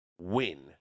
win